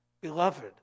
beloved